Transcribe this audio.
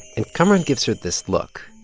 and kamaran gives her this look.